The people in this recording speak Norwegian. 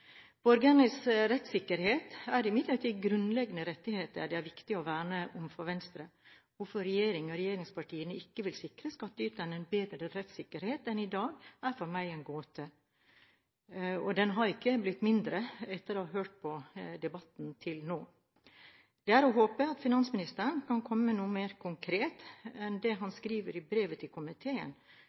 Borgernes rettssikkerhet er imidlertid en grunnleggende rettighet det er viktig å verne om for Venstre. Hvorfor regjering og regjeringspartiene ikke vil sikre skattyterne en bedre rettssikkerhet enn i dag, er for meg en gåte, og den har ikke blitt mindre etter å ha hørt på debatten til nå. Det er å håpe at finansministeren kan komme med noe mer konkret enn det han skriver i brevet til komiteen.